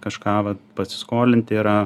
kažką vat pasiskolinti yra